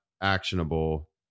actionable